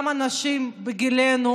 וגם אצל אנשים בגילנו,